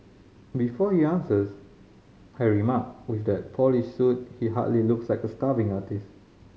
before he answers I remark with that polished suit he hardly looks like a starving artist